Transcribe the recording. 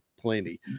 plenty